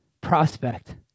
prospect